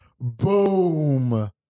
Boom